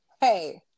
hey